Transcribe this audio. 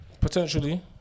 Potentially